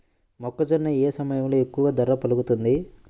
మొక్కజొన్న ఏ సమయంలో ఎక్కువ ధర పలుకుతుంది?